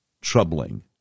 troubling